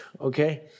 okay